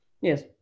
Yes